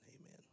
Amen